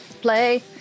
play